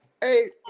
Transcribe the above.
Hey